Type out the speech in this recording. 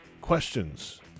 questions